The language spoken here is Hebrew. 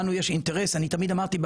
תמיד אמרתי,